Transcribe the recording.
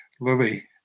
lily